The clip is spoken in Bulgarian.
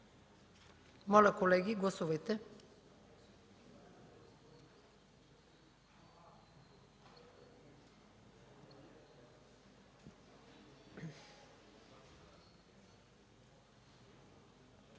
Моля, колеги, гласувайте.